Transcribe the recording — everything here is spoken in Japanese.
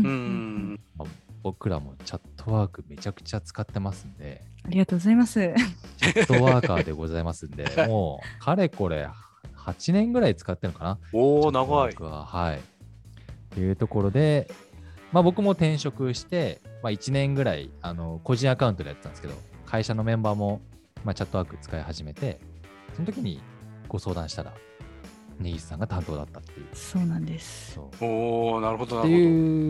うん。うんうんうん。僕らもチャットワークめちゃくちゃ使ってますんで。ありがとうございます。 チャットワーカーでございますんで、 もうかれこれ八年ぐらい使ってるのかな？ おー、 チャットワークは。長い。はい。っていうところで、まあ僕も転職して、まあ一年ぐらい、あの、個人アカウントでやってたんですけど、会社のメンバーも、まあチャットワーク使い始めて、その時にご相談したら、根岸さんが担当だったっていう。そうなんです。そう。おー、なるほどなるほど。っていう